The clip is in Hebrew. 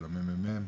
של הממ"מ,